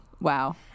Wow